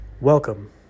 Welcome